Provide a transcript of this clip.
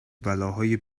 بلاهای